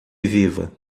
viva